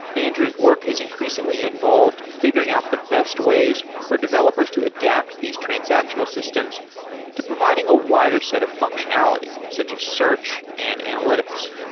andrew's work has increasingly involved figuring out the best ways for developers to adapt these transactional systems to providing a wider set of functionality, such as search and analytics.